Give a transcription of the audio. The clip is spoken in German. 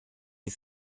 die